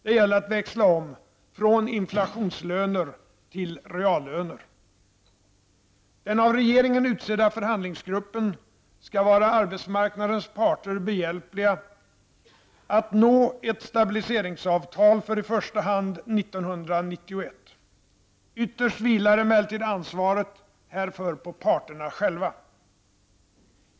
Det gäller att växla om från inflationslöner till reallöner. Den av regeringen utsedda förhandlingsgruppen skall vara arbetsmarknadens parter behjälplig att nå ett stabiliseringsavtal för i första hand 1991. Ytterst vilar emellertid ansvaret härför på parterna själva.